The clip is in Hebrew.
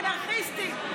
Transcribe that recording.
אנרכיסטים,